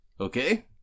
Okay